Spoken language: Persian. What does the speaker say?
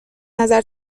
نظر